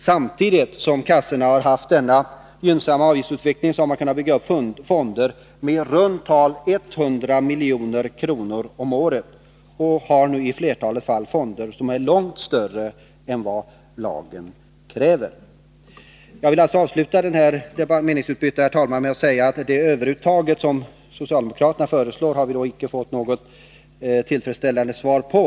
Samtidigt som kassorna haft denna gynnsamma avgiftsutveckling har man kunnat bygga upp fonder med i runt tal 100 milj.kr. om året. I flertalet fall har kassorna i dag fonder som är långt större än lagen kräver. Jag vill avsluta detta meningsutbyte, herr talman, med att säga att vi inte fått något tillfredsställande svar i fråga om det överuttag socialdemokraterna vill ha.